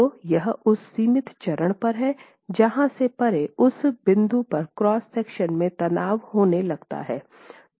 तो यह उस सीमित चरण पर है जहां से परे उस बिंदु पर क्रॉस सेक्शन में तनाव होने लगता है